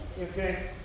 Okay